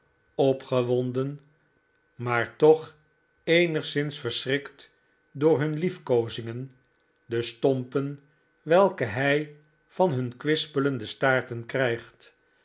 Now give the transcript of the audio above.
opgewonden maar toch eenigszins verschrikt door hun lief koozingen de stompen welke hij van hun kwispelende staarten krijgt